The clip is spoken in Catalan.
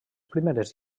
primeres